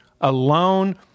alone